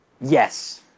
Yes